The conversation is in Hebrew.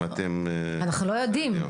אם אתם --- אנחנו לא יודעים.